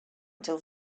until